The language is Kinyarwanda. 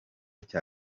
cya